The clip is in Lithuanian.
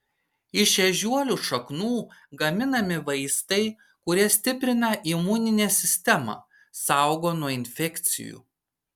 iš ežiuolių šaknų gaminami vaistai kurie stiprina imuninę sistemą saugo nuo infekcijų